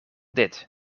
dit